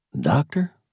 Doctor